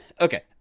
Okay